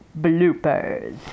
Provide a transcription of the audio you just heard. bloopers